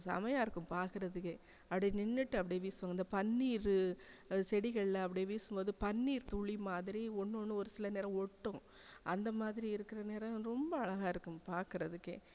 செமயா இருக்கும் பார்க்குறதுக்கே அப்படியே நின்றுட்டு அப்படியே வீசுவாங்க இந்த பன்னீர் செடிகளில் அப்படியே வீசும்போது பன்னீர் துளிமாதிரி ஒன்று ஒன்றும் ஒரு சில நேரம் ஒட்டும் அந்த மாதிரி இருக்கிற நேரம் ரொம்ப அழகாக இருக்கும் பார்க்குறதுக்கே